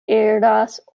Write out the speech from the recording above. iras